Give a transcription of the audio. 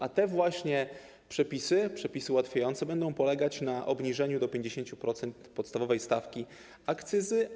A te właśnie przepisy, przepisy ułatwiające, polegają na obniżeniu do 50% podstawowej stawki akcyzy.